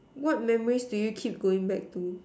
what memories do you keep going back to